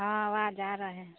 हँ आवाज़ आ रहे हैं